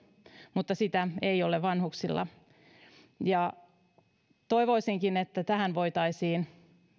mutta sitä ei ole vanhuksilla toivoisinkin että tähän voitaisiin